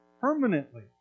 Permanently